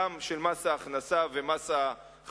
גם של מס הכנסה ושל מס החברות.